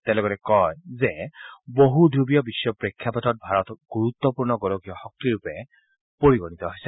তেওঁ লগতে কয় যে বহু ধ্ৰুবীয় বিশ্বপ্ৰেক্ষাপটত ভাৰত গুৰুত্বপূৰ্ণ গোলকীয় শক্তি হিচাপে পৰিগণিত হৈছে